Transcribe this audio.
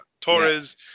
torres